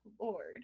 lord